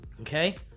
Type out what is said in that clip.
Okay